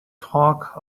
talk